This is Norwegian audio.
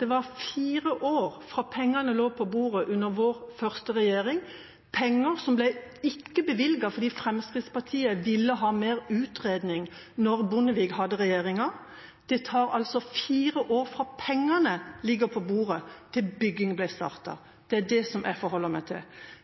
Det tok fire år fra pengene lå på bordet under vår andre regjering – penger som ikke ble bevilget fordi Fremskrittspartiet ville ha mer utredning da Bondevik var i regjering. Det tok altså fire år fra pengene lå på bordet, til bygging ble startet. Det er dette jeg forholder meg til.